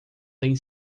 tem